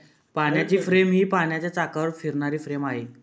पाण्याची फ्रेम ही पाण्याच्या चाकावर फिरणारी फ्रेम आहे